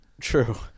true